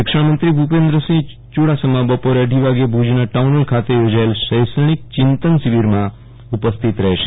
શિક્ષણમંત્રી ભુપેન્દસિંહ ચુડાસમા બપોરે અઢી વાગ્યે ભુજના ટાઉનહોલ ખાતે યોજાયેલ શક્ષણિ ક ચિંતન શિબિરમાં ઉપસ્થિત રહેશ